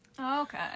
Okay